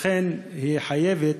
לכן היא חייבת,